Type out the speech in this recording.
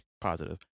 positive